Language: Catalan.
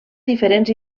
diferents